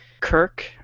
Kirk